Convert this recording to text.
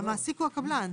המעסיק הוא הקבלן.